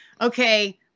Okay